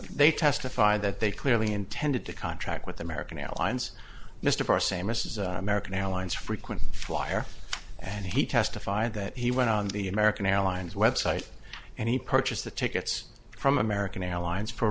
they testified that they clearly intended to contract with american airlines mr parr samus is american airlines frequent flyer and he testified that he went on the american airlines website and he purchased the tickets from american airlines pro